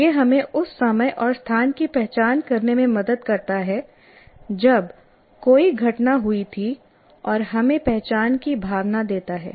यह हमें उस समय और स्थान की पहचान करने में मदद करता है जब कोई घटना हुई थी और हमें पहचान की भावना देता है